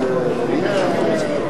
מביע את דעתו, את דעתו.